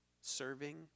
serving